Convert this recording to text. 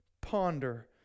ponder